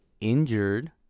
injured